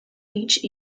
each